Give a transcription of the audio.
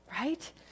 right